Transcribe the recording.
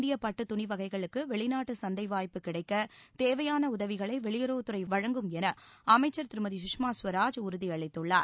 இந்திய பட்டுத் துணிவகைகளுக்கு வெளிநாட்டு சந்தை வாய்ப்பு கிடைக்கத் தேவையான உதவிகளை வெளியுறவுத்துறை வழங்கும் என அமைச்சர் திருமதி சுஷ்மா ஸ்வராஜ் உறுதியளித்துள்ளார்